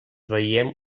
veiem